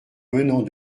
venons